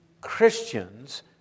Christians